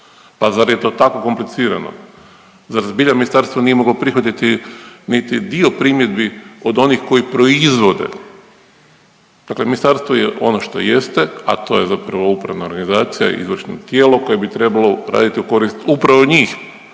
Pa zar je to tako komplicirano? Zar zbilja ministarstvo nije moglo prihvatiti niti dio primjedbi od onih koji proizvode. Dakle, ministarstvo je ono što jeste, a to je zapravo upravna organizacija, izvršno tijelo koje bi trebalo raditi u korist upravo njih